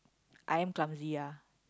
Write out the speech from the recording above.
I am clumsy ya